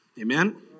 Amen